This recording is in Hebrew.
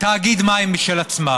תאגיד מים משל עצמה.